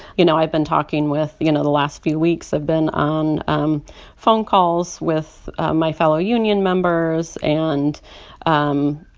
you know, i've been talking with you know, the last few weeks, i've been on um phone calls with my fellow union members and um